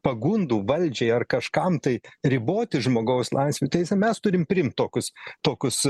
pagundų valdžiai ar kažkam tai riboti žmogaus laisvių teisę mes turim priimt tokius tokius